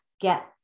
get